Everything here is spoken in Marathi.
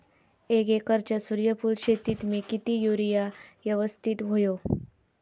एक एकरच्या सूर्यफुल शेतीत मी किती युरिया यवस्तित व्हयो?